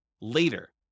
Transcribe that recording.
later